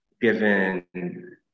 given